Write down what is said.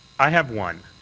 i have one.